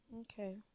okay